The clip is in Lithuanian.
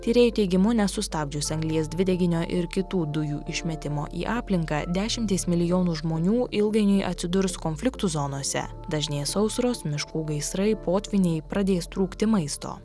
tyrėjų teigimu nesustabdžius anglies dvideginio ir kitų dujų išmetimo į aplinką dešimtys milijonų žmonių ilgainiui atsidurs konfliktų zonose dažnės sausros miškų gaisrai potvyniai pradės trūkti maisto